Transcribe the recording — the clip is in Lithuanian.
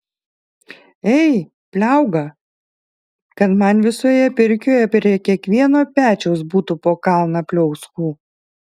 ei pliauga kad man visoje pirkioje prie kiekvieno pečiaus būtų po kalną pliauskų